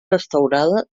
restaurada